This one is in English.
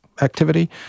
activity